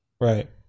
Right